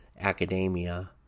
academia